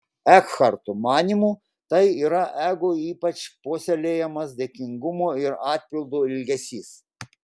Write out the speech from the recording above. ekharto manymu tai yra ego ypač puoselėjamas dėkingumo ir atpildo ilgesys